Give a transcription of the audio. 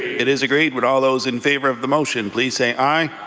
it is agreed. would all those in favour of the motion please say aye.